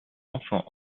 enfants